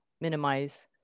minimize